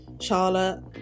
Charlotte